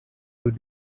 would